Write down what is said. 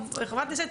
חברת כנסת,